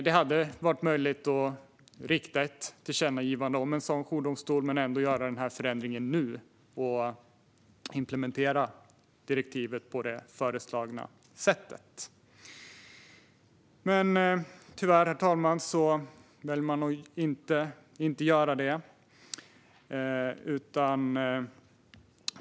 Det hade varit möjligt att rikta ett tillkännagivande om en jourdomstol och ändå göra förändringen nu och implementera direktivet på föreslaget sätt. Tyvärr väljer man, herr talman, att inte göra det.